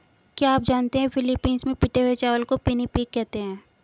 क्या आप जानते हैं कि फिलीपींस में पिटे हुए चावल को पिनिपिग कहते हैं